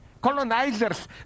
colonizers